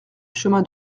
chemin